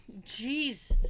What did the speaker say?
Jeez